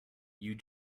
you